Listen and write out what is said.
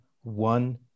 one